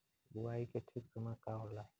बुआई के ठीक समय का होला?